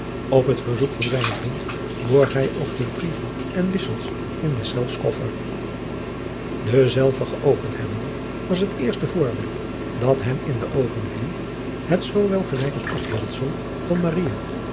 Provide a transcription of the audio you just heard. op het verzoek van zijnen vriend borg hij ook de brieven en wissels in deszelfs koffer adriaan loosjes pzn het leven van maurits lijnslager denzelven geopend hebbende was het eerste voorwerp dat hem in de oogen viel het zoo welgelijkend afbeddfel van